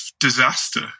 disaster